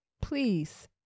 please